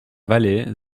vallée